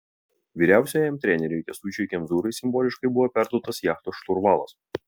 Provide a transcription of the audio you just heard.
vyriausiajam treneriui kęstučiui kemzūrai simboliškai buvo perduotas jachtos šturvalas